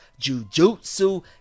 jujutsu